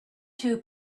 two